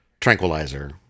tranquilizer